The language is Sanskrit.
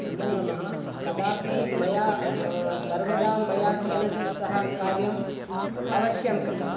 नमो नमः कदापि मया सर्वदा मया केनचित् सह कार्यम् अवश्यम् कृतम्